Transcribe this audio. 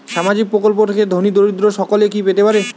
সামাজিক প্রকল্প থেকে ধনী দরিদ্র সকলে কি পেতে পারে?